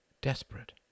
desperate